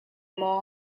maw